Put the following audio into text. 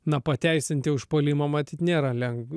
na pateisinti užpuolimo matyt nėra lengv